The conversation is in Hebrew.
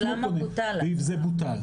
למה זה בוטל?